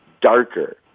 darker